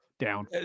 Down